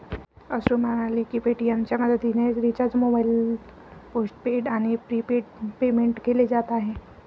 अश्रू म्हणाले की पेटीएमच्या मदतीने रिचार्ज मोबाईल पोस्टपेड आणि प्रीपेडमध्ये पेमेंट केले जात आहे